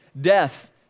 death